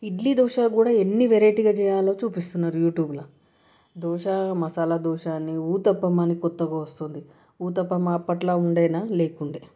ఇడ్లీ దోసలు కూడా ఎన్ని వెరైటీగా చేయాలో చూపిస్తున్నారు యూట్యూబ్లో దోస మసాలా దోస అని ఊతప్పం అని కొత్తగా వస్తోంది ఊతప్పం అప్పట్లో ఉండేనా లేకుండే